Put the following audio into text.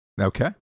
Okay